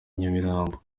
nyamirambo